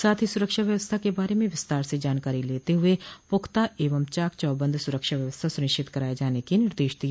साथ ही सुरक्षा व्यवस्था के बारे में विस्तार से जानकारी लेते हुए पुख्ता एवं चाक चौबंद सुरक्षा व्यवस्था सुनिश्चित कराये जाने के निदेश दिय